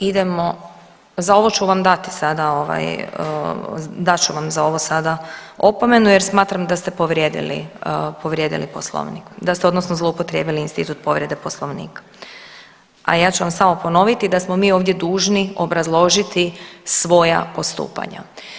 Idemo, za ovo ću vam dati sada ovaj, dat ću vam za ovo sada opomenu jer smatram da ste povrijedili Poslovnik, da ste odnosno zloupotrijebili institut povrede Poslovnika, a ja ću vam samo ponoviti da smo mi ovdje dužni obrazložiti svoja postupanja.